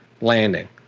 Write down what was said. landing